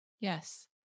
Yes